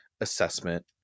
assessment